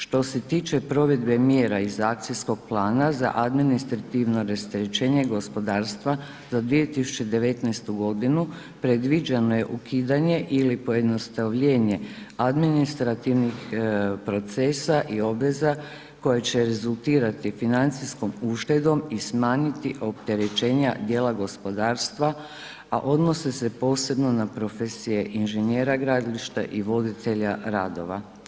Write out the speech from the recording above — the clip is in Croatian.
Što se tiče provedbe mjera iz akcijskog plana za administrativno rasterečenje gospodarstva za 2019. godinu predviđeno je ukidanje ili pojednostavljenje administrativnih procesa i obveza koje će rezultirati financijskom uštedom i smanjiti opterećenja dijela gospodarstva a odnose se posebno na profesije inženjera gradilišta i voditelja radova.